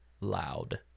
loud